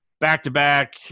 back-to-back